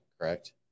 correct